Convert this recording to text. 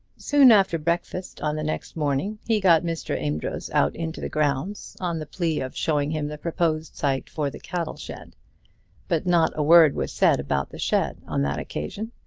soon after breakfast on the next morning he got mr. amedroz out into the grounds, on the plea of showing him the proposed site for the cattle shed but not a word was said about the shed on that occasion.